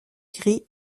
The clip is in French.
gris